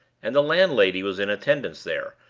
and the landlady was in attendance there,